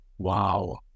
Wow